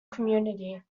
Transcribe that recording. community